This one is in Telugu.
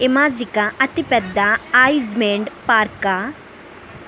ఇమాజికా అతి పెద్ద ఆయూజ్మెంట్ పార్కా